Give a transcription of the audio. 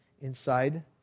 inside